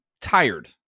tired